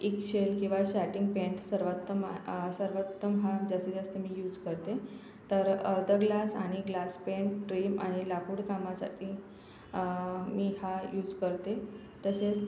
eggshell किंवा satin paint सर्वात मा सर्वात उत्तम हा जास्तीत जास्त मी यूज करते तर अर्त ग्लास आणि ग्लास पेंट ट्रीम आणि लाकूड कामासाठी मी हा यूज करते तसेच